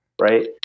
right